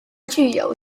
具有